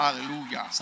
Aleluya